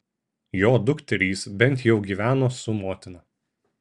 jo dukterys bent jau gyveno su motina